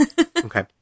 Okay